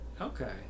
Okay